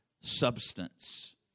substance